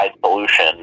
pollution